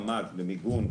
כלומר ממ"ד למיגון,